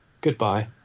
goodbye